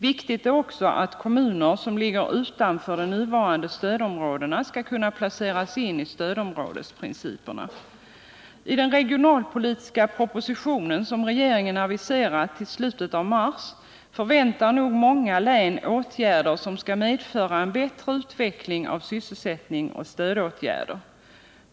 Viktigt är också att kommuner som ligger utanför de nuvarande stödområdena skall kunna placeras in enligt stödområdesprincipen. I den regionalpolitiska propositionen, som regeringen aviserat till i slutet av mars, förväntar nog många län förslag till åtgärder som skall medföra en bättre utveckling av sysselsättning och stödåtgärder.